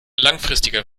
langfristiger